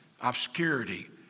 obscurity